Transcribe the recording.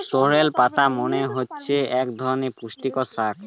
sorrel পাতা মানে হচ্ছে এক ধরনের পুষ্টিকর শাক